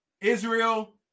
Israel